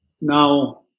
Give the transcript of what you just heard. Now